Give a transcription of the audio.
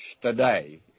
today